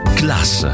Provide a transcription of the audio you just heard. class